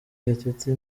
gatete